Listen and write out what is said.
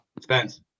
Spence